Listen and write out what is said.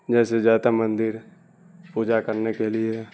جیسے جاتا مندر پوجا کرنے کے لیے